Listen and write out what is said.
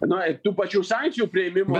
na ir tų pačių sankcijų priėmimo